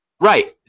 Right